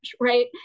right